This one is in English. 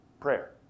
Prayer